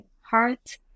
heart